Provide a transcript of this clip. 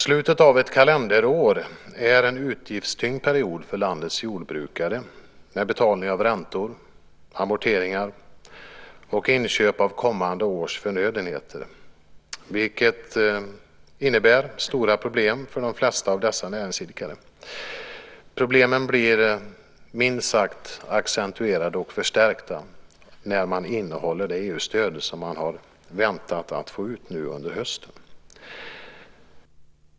Slutet av ett kalenderår är en utgiftstyngd period för landets jordbrukare med betalningar av räntor, amorteringar och inköp av kommande års förnödenheter, vilket innebär stora problem för de flesta av dessa näringsidkare. Problemen blir minst sagt accentuerade och förstärkta när man innehåller det EU-stöd som jordbrukarna har väntat på att få ut nu under hösten.